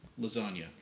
Lasagna